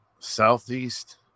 southeast